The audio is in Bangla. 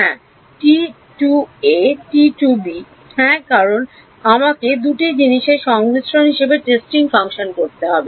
হ্যাঁ হ্যাঁ কারণ আমাকে দুটি জিনিসের সংমিশ্রণ হিসাবে টেস্টিং ফাংশন করতে হবে